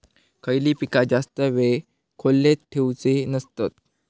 खयली पीका जास्त वेळ खोल्येत ठेवूचे नसतत?